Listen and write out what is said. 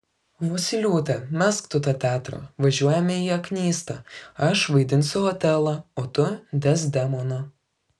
vosyliūte mesk tu tą teatrą važiuojame į aknystą aš vaidinsiu otelą tu dezdemoną